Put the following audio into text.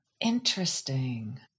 Interesting